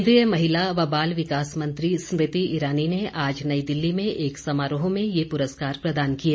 केन्द्रीय महिला व बाल विकास मंत्री स्मृति ईरानी ने आज नई दिल्ली में एक समारोह में ये पुरस्कार प्रदान किए